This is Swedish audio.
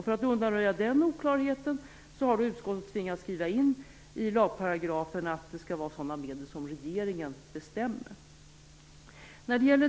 För att undanröja den oklarheten har utskottet tvingats skriva in i lagparagrafen att det skall vara sådana medel som regeringen bestämmer.